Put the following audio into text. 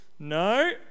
No